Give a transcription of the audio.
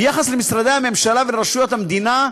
ביחס למשרדי הממשלה ולרשויות המדינה,